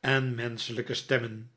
en menschelijke stemmen